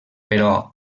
però